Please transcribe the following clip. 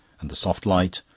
and the soft light,